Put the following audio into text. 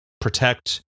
protect